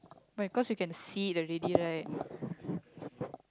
but it cause we can see it already right